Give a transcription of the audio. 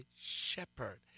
shepherd